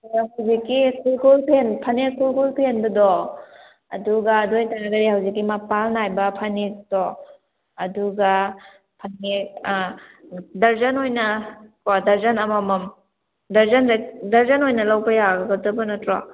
ꯑꯣ ꯍꯧꯖꯤꯛꯀꯤ ꯈꯨꯔꯈꯨꯜ ꯐꯅꯦꯛ ꯈꯨꯔꯈꯨꯜ ꯐꯦꯟꯕꯗꯣ ꯑꯗꯨꯒ ꯑꯗꯨ ꯑꯣꯏꯇꯥꯔꯒꯗꯤ ꯍꯧꯖꯤꯛꯀꯤ ꯃꯄꯥꯟ ꯅꯥꯏꯕ ꯐꯅꯦꯛꯇꯣ ꯑꯗꯨꯒ ꯐꯅꯦꯛ ꯗꯔꯖꯟ ꯑꯣꯏꯅ ꯀꯣ ꯗꯔꯖꯟ ꯑꯃꯃꯝ ꯗꯔꯖꯟꯁꯦ ꯗꯔꯖꯟ ꯑꯣꯏꯅ ꯂꯧꯕ ꯌꯥꯒꯗꯕ ꯅꯠꯇ꯭ꯔꯣ